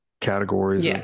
categories